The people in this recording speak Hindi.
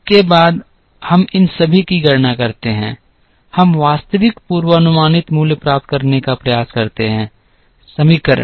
अब के बाद हम इन सभी की गणना करते हैं हम वास्तविक पूर्वानुमानित मूल्य प्राप्त करने का प्रयास करते हैं समीकरण